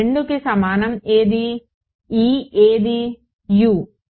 2కి సమానం ఏది e ఏది U